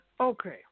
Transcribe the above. Okay